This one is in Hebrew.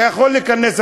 אתה יכול להיכנס,